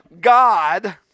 God